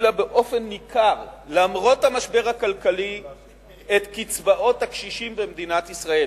הגדילה באופן ניכר את קצבאות הקשישים במדינת ישראל,